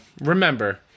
remember